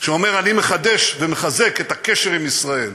שאומר: אני מחדש ומחזק את הקשר עם ישראל,